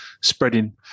spreading